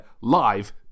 live